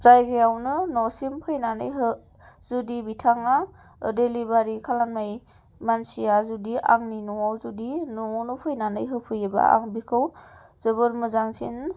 जायगायावनो न'सिम फैनानै जुदि बिथाङा डिलिभारि खालामनाय मानसिया जुदि आंनि न'आव जुदि न'आवनो फैनानै होफैयोबा आं बिखौ जोबोर मोजांसिन